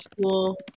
school